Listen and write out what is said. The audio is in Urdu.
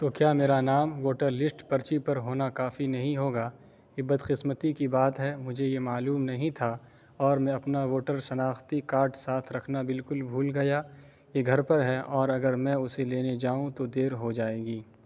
تو کیا میرا نام ووٹر لسٹ پرچی پر ہونا کافی نہیں ہوگا یہ بدقسمتی کی بات ہے مجھے یہ معلوم نہیں تھا اور میں اپنا ووٹر شناختی کارڈ ساتھ رکھنا بالکل بھول گیا یہ گھر پر ہے اور اگر میں اسے لینے جاؤں تو دیر ہو جائے گی